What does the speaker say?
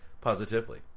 positively